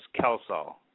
Kelsall